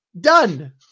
done